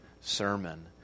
sermon